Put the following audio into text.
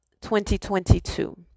2022